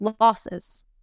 losses